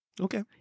Okay